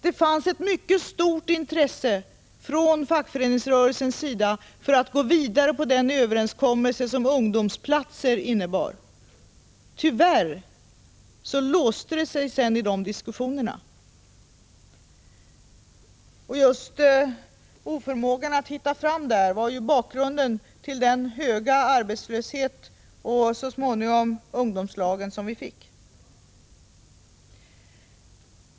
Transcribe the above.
Det fanns ett mycket stort intresse från fackföreningsrörelsens sida för att gå vidare på den överenskommelse som ungdomsplatser innebar. Tyvärr låste det sig sedan i de diskussionerna. Just oförmågan att där hitta fram till en lösning var bakgrunden till den höga ungdomsarbetslösheten och så småningom ungdomslagen.